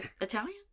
Italian